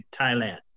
Thailand